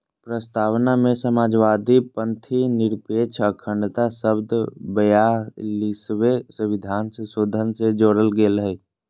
प्रस्तावना में समाजवादी, पथंनिरपेक्ष, अखण्डता शब्द ब्यालिसवें सविधान संशोधन से जोरल गेल हइ